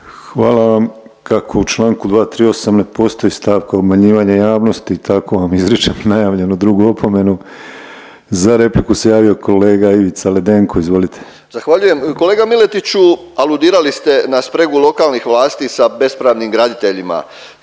Hvala vam. Kako u čl. 238. ne postoji stavka obmanjivanja javnosti tako vam izričem najavljenu drugu opomenu. Za repliku se javio kolega Ivica Ledenko. Izvolite. **Ledenko, Ivica (MOST)** Zahvaljujem. Kolega Miletiću aludirali ste na spregu lokalnih vlasti sa bespravnim graditeljima,